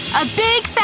a big, fat,